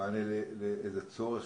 מענה לאיזשהו צורך?